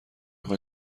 خوای